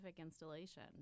installation